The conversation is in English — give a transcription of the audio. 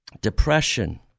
depression